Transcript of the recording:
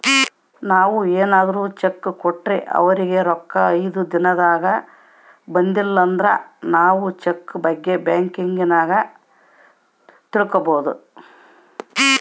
ನಾವು ಏನಾರ ಚೆಕ್ ಕೊಟ್ರೆ ಅವರಿಗೆ ರೊಕ್ಕ ಐದು ದಿನದಾಗ ಬಂದಿಲಂದ್ರ ನಾವು ಚೆಕ್ ಬಗ್ಗೆ ಬ್ಯಾಂಕಿನಾಗ ತಿಳಿದುಕೊಬೊದು